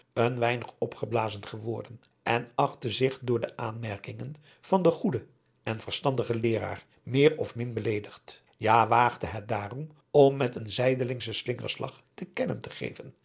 een weinig opgeblazen geworden en achtte zich door de aanmerkingen van den goeden en verstandigen leeraar meer of min beleedigd ja waagde het daarom om met een zijdelingschen slingerslag te kennen te geven